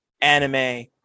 anime